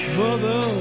mother